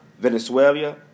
Venezuela